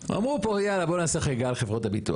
אמרו פה יאללה, בואו נעשה חגיגה על חברות הביטוח.